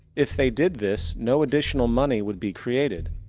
if they did this, no additional money would be created.